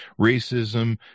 Racism